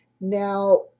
now